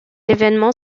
événement